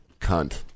cunt